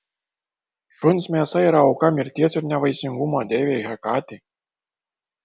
šuns mėsa yra auka mirties ir nevaisingumo deivei hekatei